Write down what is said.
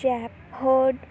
ਸ਼ੈਪਹੋਡ